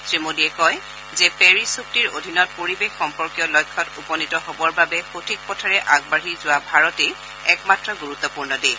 শ্ৰীমোদীয়ে কয় যে পেৰিছ চুক্তিৰ অধীনত পৰিৱেশ সম্পৰ্কীয় লক্ষ্যত উপনীত হ'বৰ বাবে সঠিক পথেৰে আগবাঢ়ি যোৱা ভাৰতেই একমাত্ৰ গুৰুত্বপূৰ্ণ দেশ